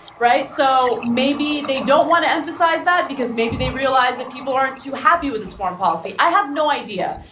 so maybe they don't want to emphasize that because maybe they realize that people aren't too happy with his foreign policy, i have no idea.